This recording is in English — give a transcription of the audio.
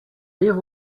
leave